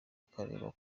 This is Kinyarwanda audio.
akareba